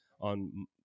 on